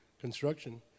construction